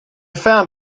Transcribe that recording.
found